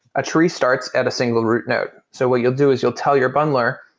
a tree starts at a single root node. so what you'll do is you'll tell your bundler,